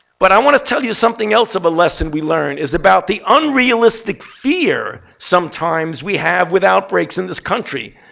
but i want to tell you something else of a lesson we learned is about the unrealistic fear sometimes we have with outbreaks in this country.